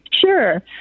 Sure